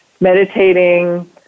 meditating